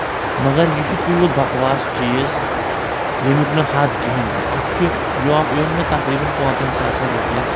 مَگر یہِ چھُ تیوٗت بَکواس چیٖز ییٚمیُک نہٕ حد کہینۍ چھُ اَتھ چھُ یہِ اوٚن مےٚ تقریٖبَن پانٛژن ساسَن رۄپین